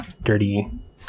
Dirty